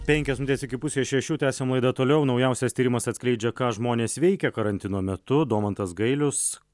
penkios minutės iki pusės šešių tęsiam laidą toliau naujausias tyrimas atskleidžia ką žmonės veikia karantino metu domantas gailius